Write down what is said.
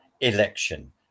election